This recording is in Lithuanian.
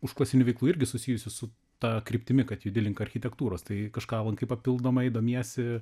užklasinių veiklų irgi susijusių su ta kryptimi kad judi link architektūros tai kažką lankai papildomai domiesi